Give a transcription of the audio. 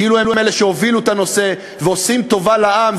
כאילו הם אלה שהובילו את הנושא ועושים טובה לעם.